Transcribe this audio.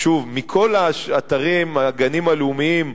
שוב, מכל האתרים, הגנים הלאומיים,